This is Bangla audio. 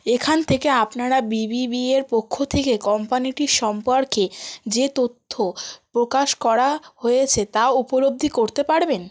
এখান থেকে আপনারা বিবিবি এর পক্ষ থেকে কোম্পানিটির সম্পর্কে যে তথ্য প্রকাশ করা হয়েছে তা উপলব্ধি করতে পারবেন